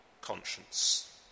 conscience